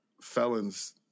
felons